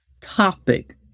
topic